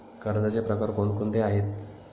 कर्जाचे प्रकार कोणकोणते आहेत?